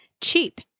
cheap